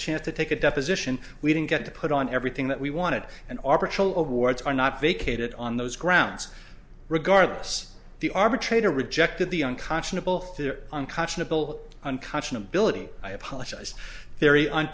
chance to take a deposition we didn't get to put on everything that we wanted and awards are not vacated on those grounds regardless the arbitrator rejected the unconscionable theer unconscionable unconscionable belittling i apologize very on